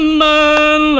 man